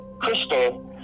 Crystal